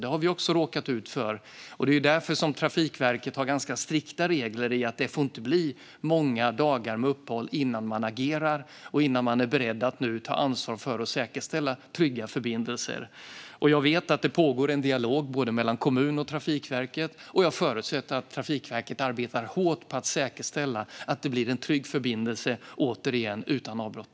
Det har vi också råkat ut för, och det är därför Trafikverket har ganska strikta regler när det gäller att det inte får bli många dagar med uppehåll innan man agerar och innan man är beredd att ta ansvar för att säkerställa trygga förbindelser. Jag vet att det pågår en dialog mellan kommunen och Trafikverket, och förutsätter att Trafikverket arbetar hårt på att säkerställa att det återigen blir en trygg förbindelse utan avbrott.